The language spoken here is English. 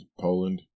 Poland